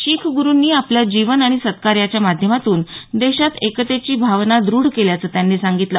शीख गुरुंनी आपल्या जीवन आणि सत्कार्याच्या माध्यमातून देशात एकतेची भावना दुढ केल्याचं त्यांनी सांगितलं